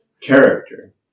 character